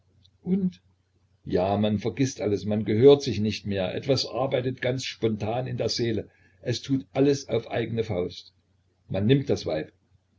und ja man vergißt alles man gehört sich nicht mehr etwas arbeitet ganz spontan in der seele es tut alles auf eigene faust man nimmt das weib